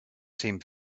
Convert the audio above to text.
seemed